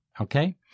Okay